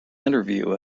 interview